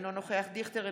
אינו נוכח אבי דיכטר,